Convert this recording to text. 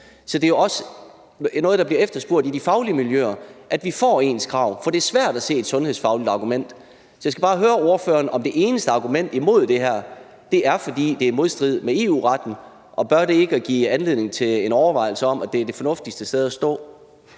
Så det er også noget, der bliver efterspurgt i de faglige miljøer, altså at vi får ens krav. For det er svært at se et sundhedsfagligt argument. Så jeg skal bare høre ordføreren, om det eneste argument imod det her er, at det er i modstrid med EU-retten – og bør det ikke give anledning til en overvejelse om, at det er det fornuftigste sted at stå?